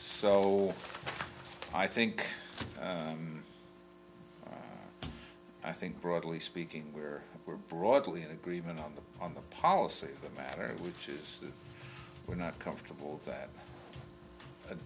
so i think i think broadly speaking where we're broadly in agreement on the on the policy matter which is we're not comfortable with that